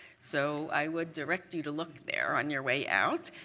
so i would direct you to look there on your way out.